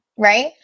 right